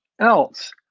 else